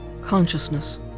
consciousness